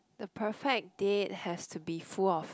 the perfect date has to be full of